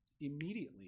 Immediately